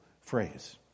phrase